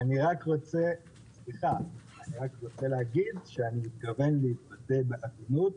אני רק רוצה להגיד שאני מתכוון להתבטא בעדינות